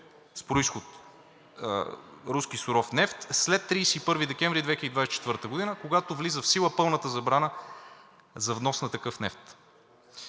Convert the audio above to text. с произход – руски суров нефт, след 31 декември 2024 г., когато влиза в сила пълната забрана за внос на такъв нефт.